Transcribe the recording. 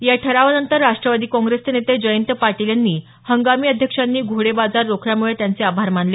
या ठरावानंतर राष्ट्रवादी काँग्रेसचे नेते जयंत पाटील यांनी हंगामी अध्यक्षांनी घोडेबाजार रोखल्यामुळे त्यांचे आभार मानले